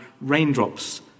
raindrops